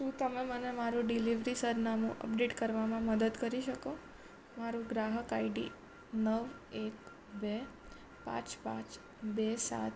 શું તમે મને મારું ડિલિવરી સરનામું અપડેટ કરવામાં મદદ કરી શકો મારું ગ્રાહક આઈડી નવ એક બે પાંચ પાંચ બે સાત